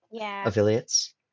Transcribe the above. affiliates